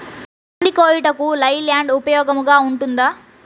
కంది కోయుటకు లై ల్యాండ్ ఉపయోగముగా ఉంటుందా?